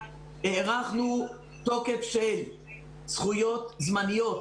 הארכנו תוקף זכויות זמניות